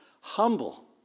humble